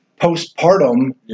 postpartum